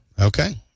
Okay